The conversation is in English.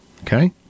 okay